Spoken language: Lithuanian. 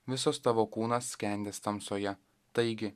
visos tavo kūnas skendės tamsoje taigi